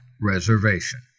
Reservation